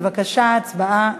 בבקשה, ההצבעה החלה.